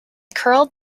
curled